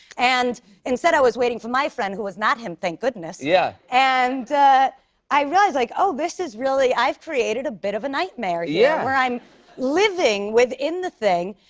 and instead, i was waiting for my friend, who was not him, thank goodness. yeah. and i realized, like, oh, this is really i've created a bit of a nightmare, yeah where i'm living within the thing.